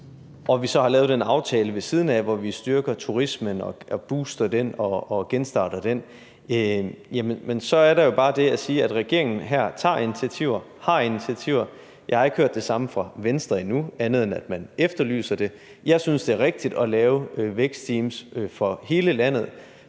og vi så har lavet den aftale ved siden af, hvor vi styrker turismen og booster den og genstarter den, så er der jo bare det at sige, at regeringen her tager initiativer, har initiativer. Jeg har ikke hørt det samme fra Venstre endnu, andet end at man efterlyser det. Jeg synes, det er rigtigt at lave vækstteams for hele landet